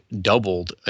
doubled